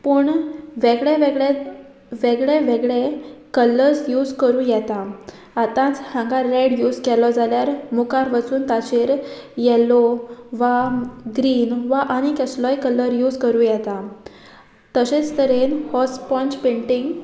पूण वेगळे वेगळे वेगळे वेगळे कलर्स यूज करूं येता आतांच हांगा रेड यूज केलो जाल्यार मुखार वचून ताचेर येल्लो वा ग्रीन वा आनी केशलोय कलर यूज करूं येता तशेंच तरेन हो स्पोंज पेंटींग